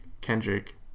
kendrick